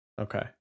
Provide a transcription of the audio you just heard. Okay